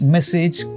Message